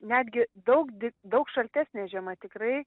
netgi daug di daug šaltesnė žiema tikrai